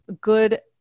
good